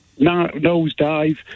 nosedive